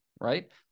right